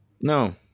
No